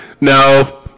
No